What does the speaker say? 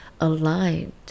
aligned